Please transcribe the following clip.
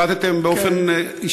החלטתן באופן, כן.